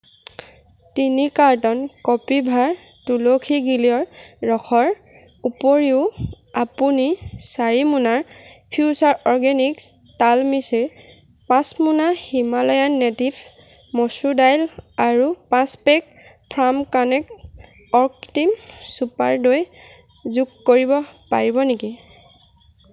তিনি কাৰ্টন কপিভা তুলসী গিলয় ৰসৰ উপৰিও আপুনি চাৰি মোনা ফিউচাৰ অৰ্গেনিক্ছ তাল মিচিৰি পাঁচ মোনা হিমালয়ান নেটিভ্ছ মচুৰ দাইল আৰু পাঁচ পেক ফাৰ্ম কানেক্ট অকৃত্ৰিম ছুপাৰ দৈ যোগ কৰিব পাৰিব নেকি